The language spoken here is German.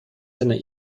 seiner